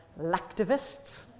lactivists